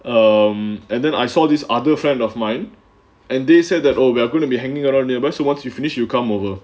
um and then I saw this other friend of mine and they said that oh we are going to be hanging around nearby so once you finish you come over